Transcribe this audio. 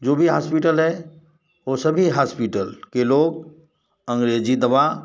जो भी हास्पीटल है वो सभी हास्पीटल के लोग अंग्रेज़ी दवा